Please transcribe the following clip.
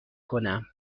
کنم